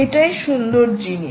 এটাই সুন্দর জিনিস